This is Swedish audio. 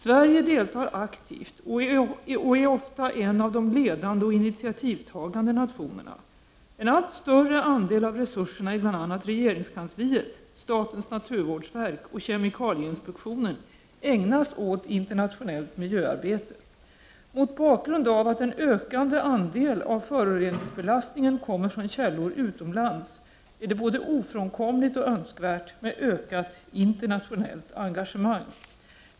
Sverige deltar aktivt och är ofta en av de ledande och initiativtagande nationerna. En allt större andel av resurserna i bl.a. regeringskansliet, statens naturvårdsverk och kemikalieinspektionen ägnas åt internationellt miljöarbete. Mot bakgrund av att en ökande andel av föroreningsbelastningen kommer från källor utomlands, är det både ofrånkomligt och önskvärt med ökat internationellt engagemang.